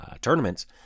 tournaments